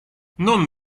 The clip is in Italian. non